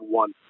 one